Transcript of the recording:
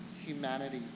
humanity